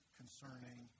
concerning